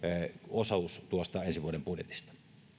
osuus tuosta ensi vuoden budjetista